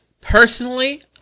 Personally